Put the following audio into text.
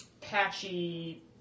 patchy